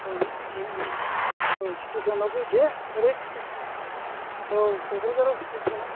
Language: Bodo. ओ नों औ स्टेसनाव फैदो ओमफ्राय औ क'क्राझार स्टेसनाव